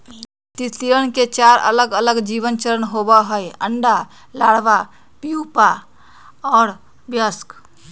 तितलियवन के चार अलगअलग जीवन चरण होबा हई अंडा, लार्वा, प्यूपा और वयस्क